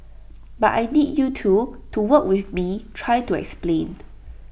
but I need you too to work with me try to explain